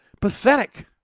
Pathetic